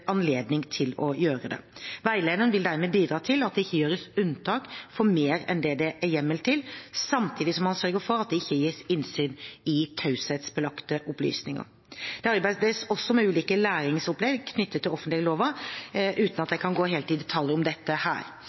anledning til å gjøre det. Veilederen vil dermed bidra til at det ikke gjøres unntak for mer enn det det er hjemmel for, samtidig som man sørger for at det ikke gis innsyn i taushetsbelagte opplysninger. Det arbeides også med ulike læringsopplegg knyttet til offentleglova, uten at jeg kan gå i detalj om dette her.